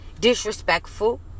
disrespectful